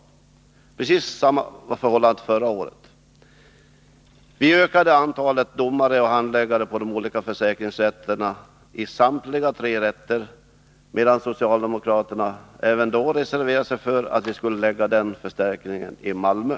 Förhållandet var precis detsamma förra året. Vi ökade då antalet tjänster för domare och handläggare på de olika försäkringsrätterna vid samtliga tre domstolar, medan socialdemokraterna även då reserverade sig för att vi skulle förlägga förstärkningen till Malmö.